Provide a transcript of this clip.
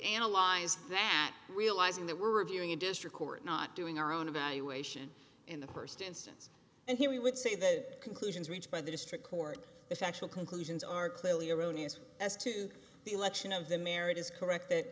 analyze that realizing that we're reviewing a district court not doing our own about you ation in the first instance and here we would say the conclusions reached by the district court the factual conclusions are clearly erroneous as to the election of the marriage is correct that